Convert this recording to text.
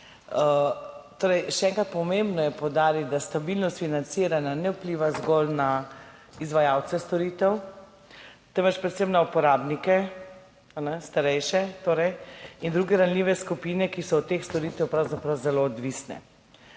Še enkrat, pomembno je poudariti, da stabilnost financiranja ne vpliva zgolj na izvajalce storitev, temveč predvsem na uporabnike, torej starejše in druge ranljive skupine, ki so od teh storitev pravzaprav zelo odvisne.